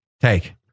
Take